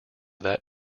that